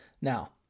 now